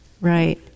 right